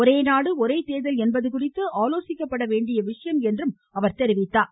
ஒரே நாடு ஒரே தேர்தல் என்பது குறித்து ஆலோசிக்கப்பட வேண்டிய விஷயம் என்றும் அவர் கூறினார்